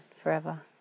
forever